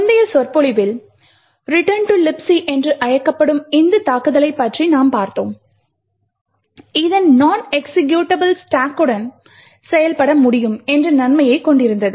முந்தைய சொற்பொழிவில் Return to Libc என்று அழைக்கப்படும் இந்த தாக்குதலை பற்றி நாம் பார்த்தோம் இது நொன் எக்ஸிகியூட்டபிள் ஸ்டாக்குடன் செயல்பட முடியும் என்ற நன்மையைக் கொண்டிருந்தது